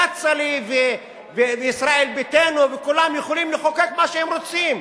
כצל'ה וישראל ביתנו וכולם יכולים לחוקק מה שהם רוצים.